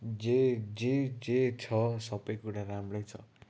जे जे जे छ सप्पै कुरा राम्रै छ